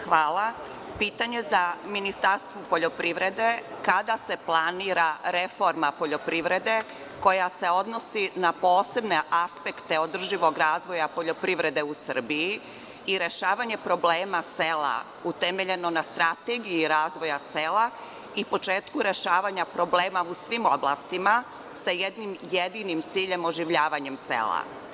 Pitanje za Ministarstvo poljoprivrede – kada se planira reforma poljoprivrede koja se odnosi na posebne aspekte održivog razvoja poljoprivrede u Srbiji i rešavanje problema sela utemeljeno na strategiji razvoja sela i početku rešavanja problema u svim oblastima sa jednim jedinim ciljem – oživljavanjem sela?